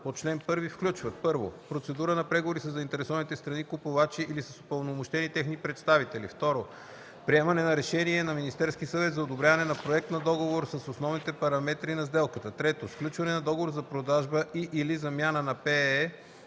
по ал. 1 включват: 1. процедура на преговори със заинтересованите страни или с упълномощени техни представители; 2. приемане на решение на Министерския съвет за одобряване проект на договор с основните параметри на сделката; 3. сключване на договора за продажба и/или замяна на ПЕЕ